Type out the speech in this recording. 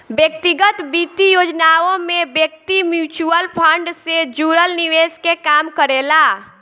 व्यक्तिगत वित्तीय योजनाओं में व्यक्ति म्यूचुअल फंड से जुड़ल निवेश के काम करेला